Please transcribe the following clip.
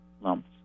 lumps